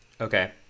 okay